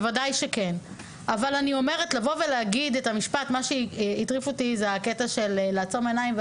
אבל להגיד את המשפט שעצמו עיניים,